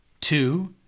Two